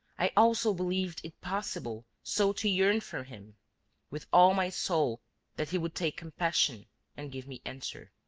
i also believed it possible so to yearn for him with all my soul that he would take compassion and give me answer.